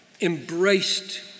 embraced